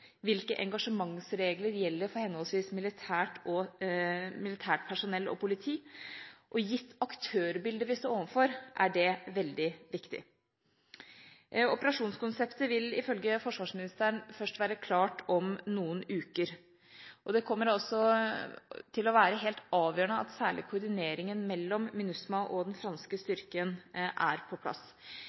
hvilke engasjementsregler som gjelder for henholdsvis militært personell og politi. Gitt aktørbildet vi står overfor, er det veldig viktig. Operasjonskonseptet vil ifølge forsvarsministeren først være klart om noen uker. Det kommer altså til å være helt avgjørende at særlig koordineringen mellom MINUSMA og den franske styrken er på plass.